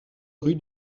rue